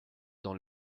dans